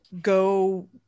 go